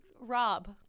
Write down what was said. rob